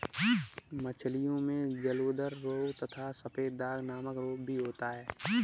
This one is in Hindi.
मछलियों में जलोदर रोग तथा सफेद दाग नामक रोग भी होता है